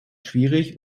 schwierig